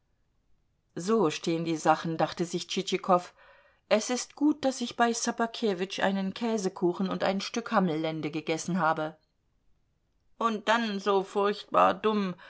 so stehen die sachen dachte sich tschitschikow es ist gut daß ich bei ssobakewitsch einen käsekuchen und ein stück hammellende gegessen habe und dann so furchtbar dumm